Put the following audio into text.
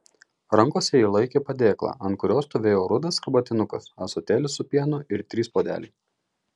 rankose ji laikė padėklą ant kurio stovėjo rudas arbatinukas ąsotėlis su pienu ir trys puodeliai